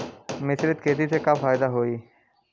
मिश्रित खेती से का फायदा होई?